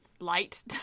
light